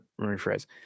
rephrase